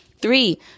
Three